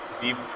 deep